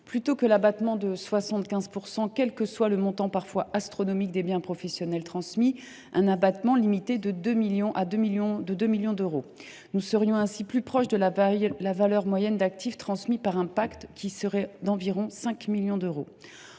plutôt qu’un abattement de 75 % quel que soit le montant – parfois astronomique – des biens professionnels transmis, un abattement limité à 2 millions d’euros. Nous serions ainsi plus proches de la valeur moyenne d’actifs transmis par un pacte, qui serait d’environ 5 millions d’euros.